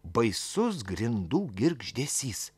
baisus grindų girgždesys